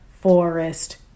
forest